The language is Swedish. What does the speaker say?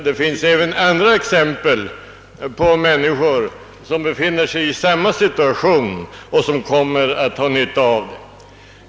Det finns även andra exempel på människor som befinner sig i samma situation och som kommer att få nytta av ändrade regler.